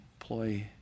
employee